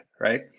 right